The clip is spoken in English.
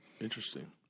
Interesting